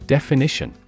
Definition